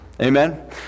Amen